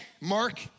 Mark